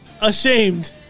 ashamed